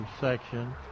section